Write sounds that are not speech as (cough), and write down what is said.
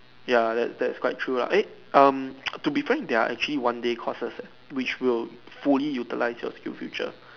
ya that that's quite true lah eh um (noise) to be frank there are actually one day courses eh which will fully utilize your SkillsFuture